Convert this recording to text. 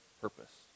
purpose